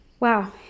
Wow